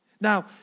Now